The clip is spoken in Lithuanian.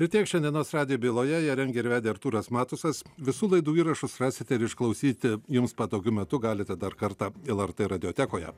ir tiek šiandienos radijo byloje ją rengė ir vedė artūras matusas visų laidų įrašus rasite ir išklausyti jums patogiu metu galite dar kartą lrt radiotekoje